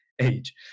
age